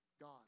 God